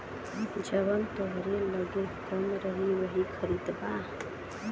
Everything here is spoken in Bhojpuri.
जवन तोहरे लग्गे कम रही वही खरीदबा